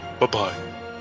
Bye-bye